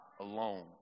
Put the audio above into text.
alone